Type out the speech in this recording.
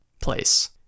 place